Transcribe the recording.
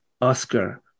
Oscar